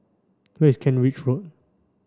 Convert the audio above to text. where is Kent Ridge Road